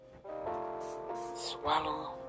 Swallow